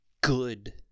good